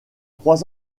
trois